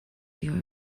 your